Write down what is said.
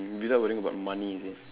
without worrying about money is it